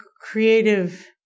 creative